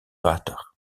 water